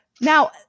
now